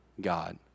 God